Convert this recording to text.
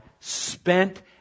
spent